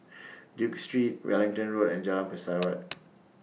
Duke Street Wellington Road and Jalan Pesawat